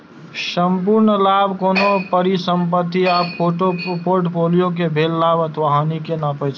संपूर्ण लाभ कोनो परिसंपत्ति आ फोर्टफोलियो कें भेल लाभ अथवा हानि कें नापै छै